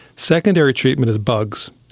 secondary treatment is bugs.